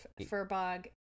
Furbog